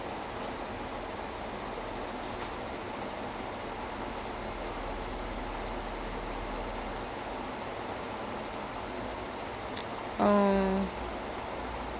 going more and more insane then his wife started panicking for him அவங்க வந்து:avanga vanthu she then said he she actually has no choice but to team up with the flash so in order to help bring back her husband